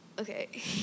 okay